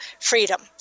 freedom